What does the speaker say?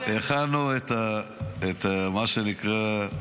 אבל הכנו את מה שנקרא,